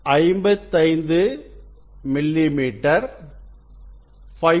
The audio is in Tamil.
55 மில்லிமீட்டர் 5